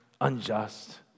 unjust